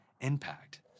impact